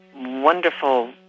wonderful